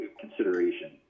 consideration